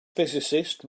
physicist